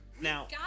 Now